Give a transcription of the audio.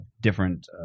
different